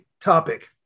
topic